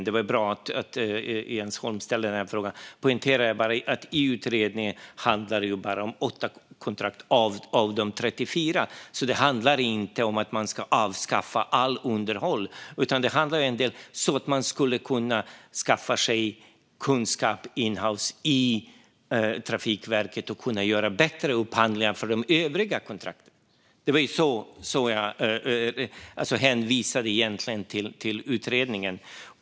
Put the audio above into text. Det var bra att Jens Holm ställde den här frågan, för det jag poängterade då var att i utredningen handlar det bara om 8 kontrakt av de 34. Det handlar alltså inte om att man ska avskaffa allt underhåll, utan det handlar egentligen om att kunna skaffa sig kunskap in-house i Trafikverket och kunna göra bättre upphandlingar för de övriga kontrakten. Det var det jag menade, och jag hänvisade egentligen till utredningen.